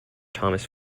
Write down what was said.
thomas